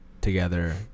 together